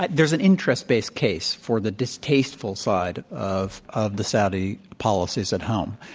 but there's an interest based case for the distasteful side of of the saudi policies at home.